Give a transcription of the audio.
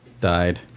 died